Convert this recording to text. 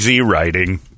writing